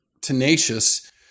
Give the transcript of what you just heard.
tenacious